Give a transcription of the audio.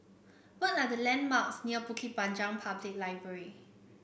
what are the landmarks near Bukit Panjang Public Library